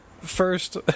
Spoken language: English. first